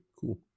Cool